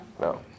No